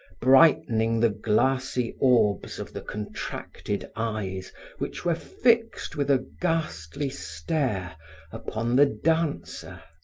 brightening the glassy orbs of the contracted eyes which were fixed with a ghastly stare upon the dancer.